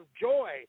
joy